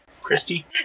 Christy